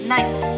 Night